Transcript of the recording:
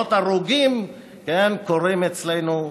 שמאות הרוגים קורים אצלנו ברחובותינו?